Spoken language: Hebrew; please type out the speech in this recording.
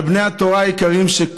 על בני התורה היקרים